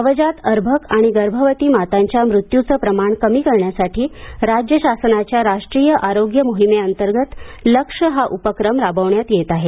नवजात अर्भक आणि गर्भवती मातांच्या मृत्यूचं प्रमाण कमी करण्यासाठी राज्य शासनाच्या राष्ट्रीय आरोग्य मोहिमेअंतर्गत लक्ष्य हा उपक्रम राबविण्यात येत आहे